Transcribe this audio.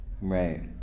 Right